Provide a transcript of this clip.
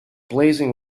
blazing